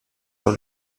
sur